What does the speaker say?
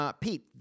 Pete